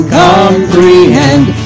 comprehend